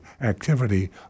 activity